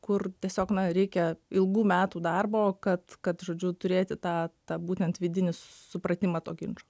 kur tiesiog na reikia ilgų metų darbo kad kad žodžiu turėti tą tą būtent vidinį supratimą to ginčo